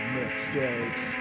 mistakes